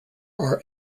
are